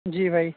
جی بھائی